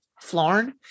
florn